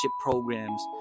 programs